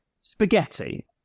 Spaghetti